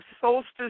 Solstice